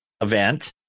event